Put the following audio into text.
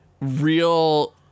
real